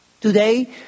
Today